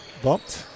bumped